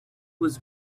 was